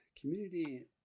community